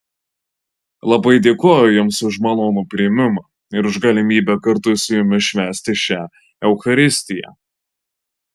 labai dėkoju jums už malonų priėmimą ir už galimybę kartu su jumis švęsti šią eucharistiją